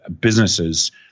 businesses